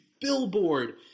billboard